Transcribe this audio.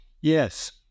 Yes